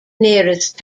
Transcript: nearest